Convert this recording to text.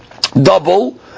double